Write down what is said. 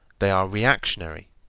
they are reactionary,